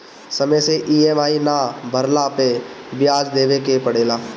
समय से इ.एम.आई ना भरला पअ बियाज देवे के पड़ेला